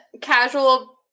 casual